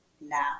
now